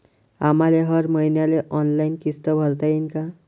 आम्हाले हर मईन्याले ऑनलाईन किस्त भरता येईन का?